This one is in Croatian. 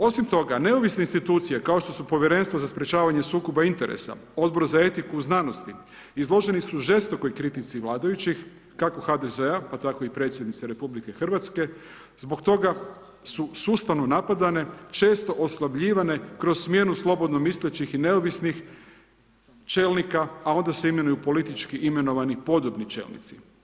Osim toga neovisne institucije kao što su Povjerenstvo za sprečavanje sukoba interesa, Odbor za etiku u znanosti izloženi su žestokoj kritici vladajućih kako HDZ-a pa tako i predsjednice RH, zbog toga su sustavno napadane često oslabljivane kroz smjenu slobodno mislećih i neovisnih čelnika, a onda se imenuju politički imenovani podobni čelnici.